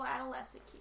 adolescent